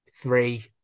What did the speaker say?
three